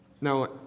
Now